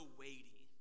weighty